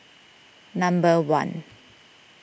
number one